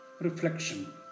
Reflection